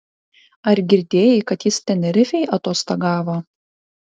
ar girdėjai kad jis tenerifėj atostogavo